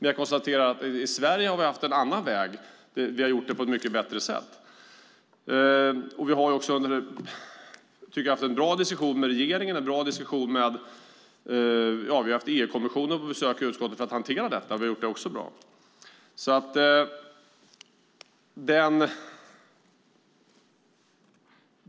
Jag konstaterar dock att vi i Sverige har gått en annan väg och gjort det på ett mycket bättre sätt. Jag tycker också att vi har haft en bra diskussion med regeringen, och vi har haft EU-kommissionen på besök i utskottet för att hantera detta. Det har vi gjort bra.